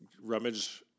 rummage